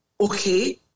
okay